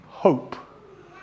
hope